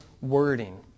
wording